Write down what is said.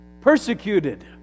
persecuted